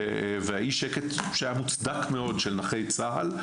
והאי שקט שהיה מוצדק מאוד של נכי צה"ל,